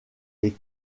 les